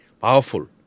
powerful